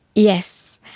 yes.